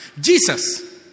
Jesus